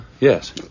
yes